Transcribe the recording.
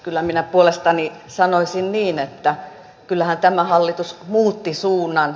kyllä minä puolestani sanoisin niin että kyllähän tämä hallitus muutti suunnan